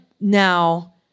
now